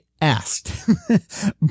asked